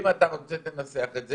אם אתה רוצה, תנסח את זה.